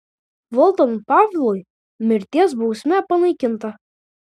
valdant pavlui mirties bausmė panaikinta